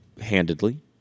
handedly